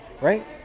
right